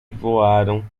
voaram